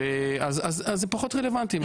ואז זה פחות רלוונטי,